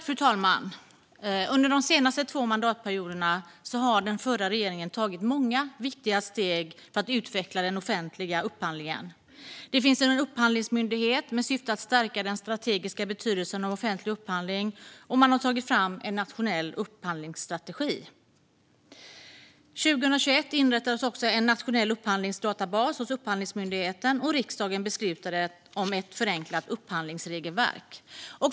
Fru talman! Under de senaste två mandatperioderna tog den förra regeringen många viktiga steg för att utveckla den offentliga upphandlingen. Det finns nu en upphandlingsmyndighet med syfte att stärka den strategiska betydelsen av offentlig upphandling, och man har tagit fram en nationell upphandlingsstrategi. År 2021 inrättades en nationell upphandlingsdatabas hos Upphandlingsmyndigheten. Riksdagen beslutade också om ett förenklat upphandlingsregelverk.